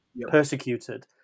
persecuted